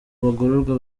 bagororwa